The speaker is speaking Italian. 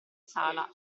sala